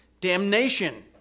damnation